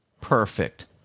perfect